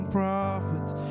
prophets